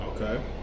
Okay